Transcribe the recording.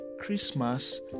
Christmas